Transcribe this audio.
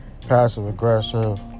passive-aggressive